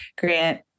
grant